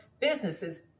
businesses